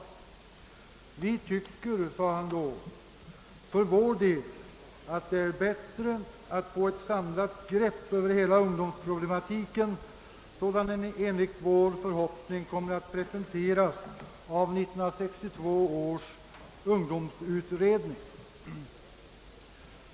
Vi tycker, sade han då, att det är bättre att få ett samlat grepp över hela ungdomsproblematiken sådan den enligt vår förhoppning kommer att presenteras av 1962 års ungdomsutredning.